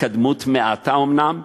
התקדמות מעטה אומנם,